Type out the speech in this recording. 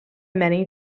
many